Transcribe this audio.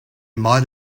might